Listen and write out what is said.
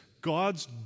God's